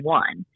one